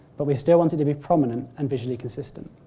but we still want it to be prominent and visually consistent.